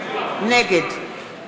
נגד